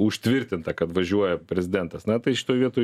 užtvirtinta kad važiuoja prezidentas na tai šitoj vietoj